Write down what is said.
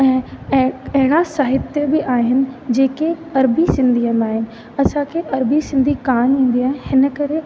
ऐं ऐं अहिड़ा साहित्य बि आहिनि जेके अरबी सिंधीअ मां आहिनि असांखे अरबी सिंधी कोन ईंदी आहे हिन करे